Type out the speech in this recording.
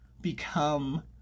become